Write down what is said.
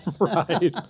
Right